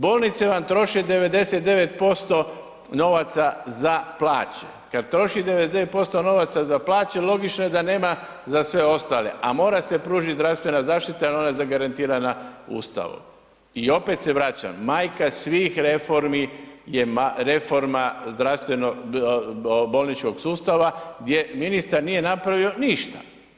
Bolnice vam troše 99% novaca za plaće, kad troši 99% novaca za plaće logično je da nema za sve ostale, a mora se pružit zdravstvena zaštita jer ona je zagarantirana Ustavom i opet se vraćam, majka svih reformi je reforma bolničkog sustava gdje ministar nije napravi ništa.